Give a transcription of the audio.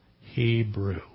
Hebrew